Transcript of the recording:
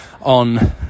on